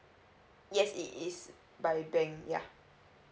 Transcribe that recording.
yes it is by bank yeah